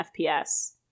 FPS